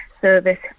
service